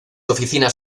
oficinas